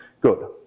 Good